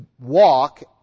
walk